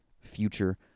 future